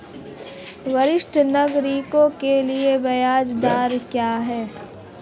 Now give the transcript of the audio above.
वरिष्ठ नागरिकों के लिए ब्याज दर क्या हैं?